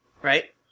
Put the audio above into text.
Right